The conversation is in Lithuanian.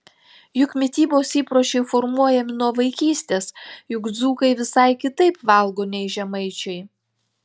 juk mitybos įpročiai formuojami nuo vaikystės juk dzūkai visai kitaip valgo nei žemaičiai